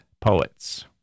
poets